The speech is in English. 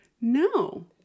No